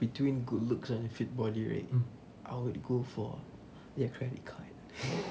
between good looks and a fit body right I would go for their credit card